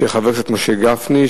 של חבר הכנסת משה גפני,